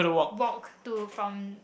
walk to from